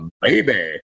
baby